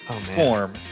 form